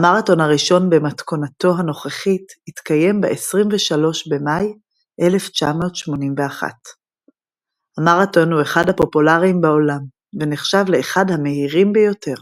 המרתון הראשון במתכונתו הנוכחית התקיים ב-23 במאי 1981. המרתון הוא אחד הפופולריים בעולם ונחשב לאחד המהירים ביותר.